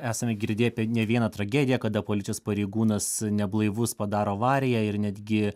esame girdėję apie ne vieną tragediją kada policijos pareigūnas neblaivus padaro avariją ir netgi